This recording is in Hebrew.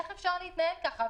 איך אפשר להתנהל ככה?